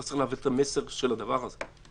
אתה צריך להעביר את המסר של הדבר הזה.